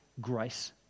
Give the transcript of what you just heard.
grace